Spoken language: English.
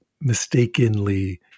mistakenly